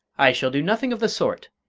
i shall do nothing of the sort,